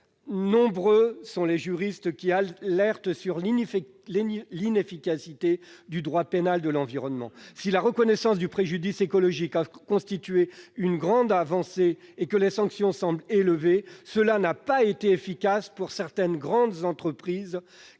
nombreux sont les juristes qui donnent l'alerte sur l'inefficacité du droit pénal de l'environnement. Si la reconnaissance du préjudice écologique a constitué une grande avancée et si les sanctions semblent élevées, ce dispositif n'a pas été efficace pour certaines grandes entreprises